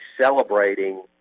celebrating